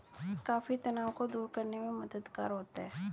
coffee तनाव को दूर करने में मददगार होता है